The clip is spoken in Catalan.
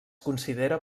considera